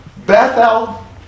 Bethel